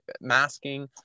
masking